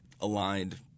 aligned